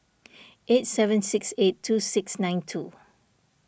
eight seven six eight two six nine two